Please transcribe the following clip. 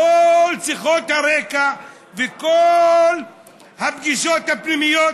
כל שיחות הרקע וכל הפגישות הפנימיות: